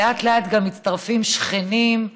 לאט-לאט ם מצטרפים שכנים,